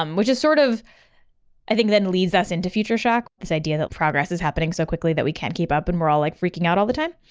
um which sort of i think then leads us into future shock, this idea that progress is happening so quickly that we can't keep up and we're all like freaking out all the time.